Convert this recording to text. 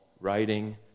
writing